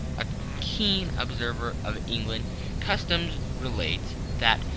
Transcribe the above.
a keen observer of english customs relates that,